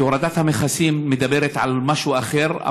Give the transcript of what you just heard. כי הורדת המכסים מדברת על משהו אחר.